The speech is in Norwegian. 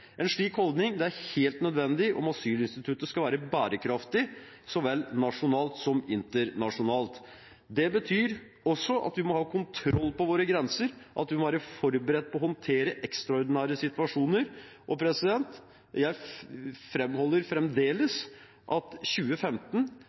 En slik holdning er helt nødvendig om asylinstituttet skal være bærekraftig, så vel nasjonalt som internasjonalt. Det betyr også at vi må ha kontroll på våre grenser, at vi må være forberedt på å håndtere ekstraordinære situasjoner, og jeg